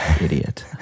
Idiot